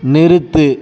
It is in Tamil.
நிறுத்து